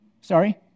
Sorry